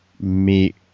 meet